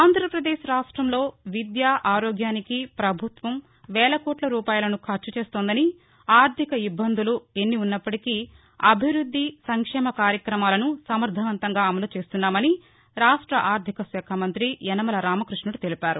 ఆంధ్రాపదేశ్ రాష్ట్రంలో విద్య ఆరోగ్యానికి ప్రభుత్వం వేల కోట్ల రూపాయలను ఖర్చు చేస్తుందని ఆర్టిక ఇబ్బందులు ఎన్ని ఉన్నప్పటికీ అభివృద్ది సంక్షేమ కార్యక్రమాలను సమర్ణవంతంగా అమలు చేస్తున్నామని రాష్ట ఆర్దిక శాఖ మంతి యనమల రామకృష్ణుడు తెలిపారు